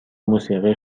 موسیقی